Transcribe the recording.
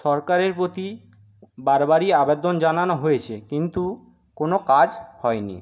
সরকারের প্রতি বারবারই আবেদন জানানো হয়েছে কিন্তু কোনো কাজ হয় নি